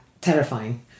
terrifying